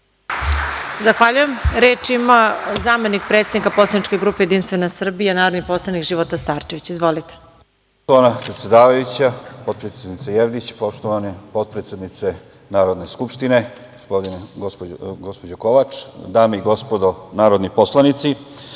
Zahvaljujem. Reč ima zamenik predsednika poslaničke grupe Jedinstvena Srbija, narodni poslanik Života Starčević. Izvolite.